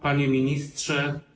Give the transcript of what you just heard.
Panie Ministrze!